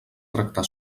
tractar